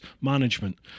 management